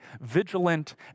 vigilant